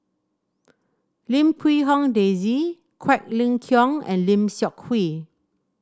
Lim Quee Hong Daisy Quek Ling Kiong and Lim Seok Hui